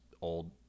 old